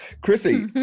Chrissy